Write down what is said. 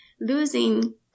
losing